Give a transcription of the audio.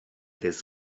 this